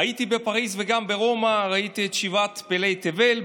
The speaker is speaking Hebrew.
"הייתי בפריז וגם ברומא / ראיתי את שבעת פלאי תבל /